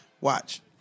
Watch